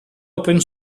open